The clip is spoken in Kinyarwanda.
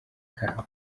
kabo